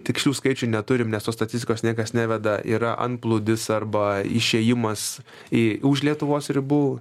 tikslių skaičių neturim nes tos statistikos niekas neveda yra antplūdis arba išėjimas į už lietuvos ribų